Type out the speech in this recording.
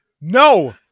No